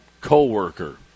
co-worker